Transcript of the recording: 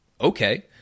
Okay